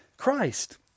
Christ